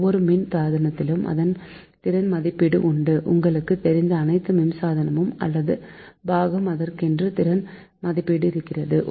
ஒவ்வொரு மின் சாதனத்திற்கும் அதன் திறன் மதிப்பீடு உண்டு உங்களுக்கு தெரிந்த அனைத்து மின்சாதனமும் அல்லது பாகம் அதற்கென்று திறன் மதிப்பீடு இருக்கிறது